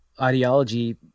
ideology